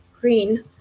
green